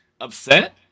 upset